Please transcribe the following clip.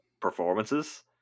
performances